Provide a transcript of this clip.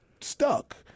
stuck